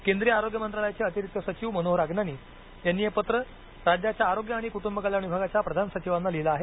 केंद्रीय आरोग्य मंत्रालयाचे अतिरिक्त सचिव मनोहर अगनानी यांनी हे पत्र राज्याच्या आरोग्य आणि कुटुंब कल्याण विभागाच्या प्रधान सचिवांना लिहिलं आहे